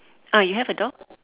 uh you have a dog